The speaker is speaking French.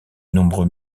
nombreux